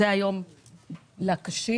מסקנות איך אנחנו ממגרים את האלימות בתוך המשפחה.